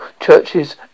churches